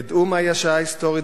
ידעו מהי השעה ההיסטורית